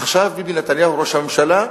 עכשיו ביבי נתניהו, ראש הממשלה,